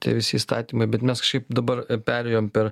tie visi įstatymai bet mes kažkaip dabar perėjom per